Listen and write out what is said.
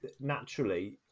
naturally